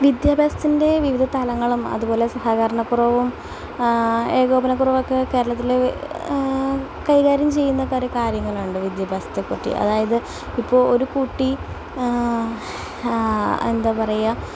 വിദ്യാഭ്യാസത്തിൻ്റെ വിവിധ തലങ്ങളും അതുപോലെ സഹകരണക്കുറവും ഏകോപനക്കുറവൊക്കെ കേരളത്തിൽ കൈകാര്യം ചെയ്യുന്ന ഒരു കാര്യങ്ങളുണ്ട് വിദ്യാഭ്യാസത്തെപ്പറ്റി അതായത് ഇപ്പോൾ ഒരു കുട്ടി എന്താ പറയുക